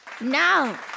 Now